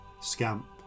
Scamp